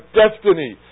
destiny